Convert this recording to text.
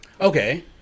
Okay